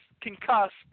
concussed